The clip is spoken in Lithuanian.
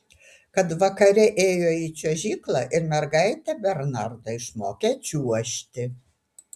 kad vakare ėjo į čiuožyklą ir mergaitė bernardą išmokė čiuožti